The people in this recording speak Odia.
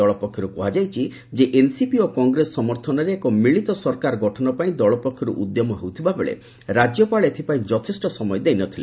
ଦଳ ପକ୍ଷରୁ କୁହାଯାଇଛି ଯେ ଏନ୍ସିପି ଓ କଂଗ୍ରେସ ସମର୍ଥନରେ ଏକ ମିଳିତ ସରକାର ଗଠନ ପାଇଁ ଦଳ ପକ୍ଷରୁ ଉଦ୍ୟମ ହେଉଥିବା ବେଳେ ରାଜ୍ୟପାଳ ଏଥିପାଇଁ ଯଥେଷ୍ଟ ସମୟ ଦେଇନଥିଲେ